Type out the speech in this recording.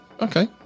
Okay